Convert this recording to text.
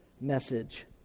message